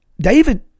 David